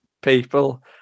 people